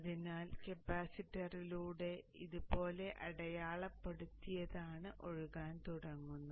അതിനാൽ കപ്പാസിറ്ററിലൂടെ ഇതുപോലെ അടയാളപ്പെടുത്തിയതാണ് ഒഴുകാൻ പോകുന്നത്